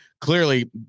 clearly